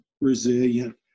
resilient